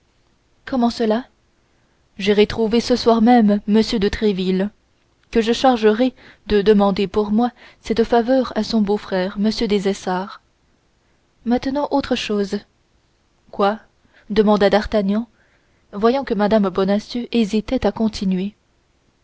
comment cela j'irai trouver ce soir même m de tréville que je chargerai de demander pour moi cette faveur à son beau-frère m des essarts maintenant autre chose quoi demanda d'artagnan voyant que mme bonacieux hésitait à continuer